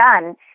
done